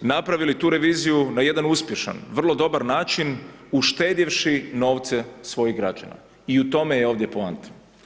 napravili tu reviziju na jedan uspješan, vrlo dobar način uštedivši novce svojih građana i u tome je ovdje poanta.